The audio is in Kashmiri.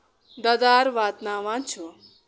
دَدار واتناوان چھُ